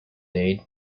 aid